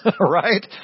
right